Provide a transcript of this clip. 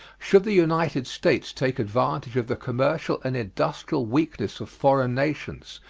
should the united states take advantage of the commercial and industrial weakness of foreign nations,